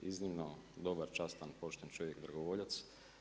Iznimno dobar, častan i pošten čovjek, dragovoljac.